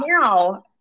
now